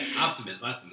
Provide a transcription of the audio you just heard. optimism